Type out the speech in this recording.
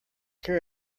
care